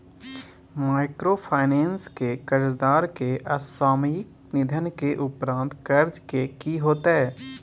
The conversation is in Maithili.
माइक्रोफाइनेंस के कर्जदार के असामयिक निधन के उपरांत कर्ज के की होतै?